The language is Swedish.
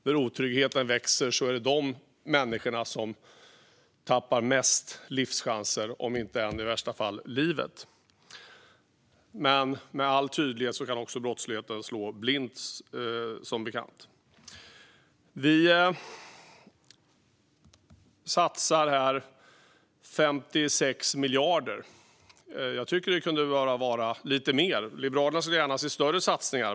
När otryggheten växer är det de människorna som tappar mest livschanser - om inte, i värsta fall, livet. Med all tydlighet kan brottsligheten dock även slå blint, som bekant. Vi satsar 56 miljarder här. Jag tycker att det hade kunnat vara lite mer; Liberalerna hade gärna sett större satsningar.